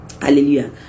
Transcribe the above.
hallelujah